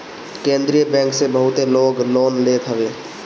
केंद्रीय बैंक से बहुते लोग लोन लेत हवे